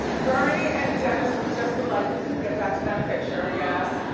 bernie and dennis look just alike, if we can get back to that picture, yes.